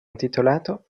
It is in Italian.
intitolato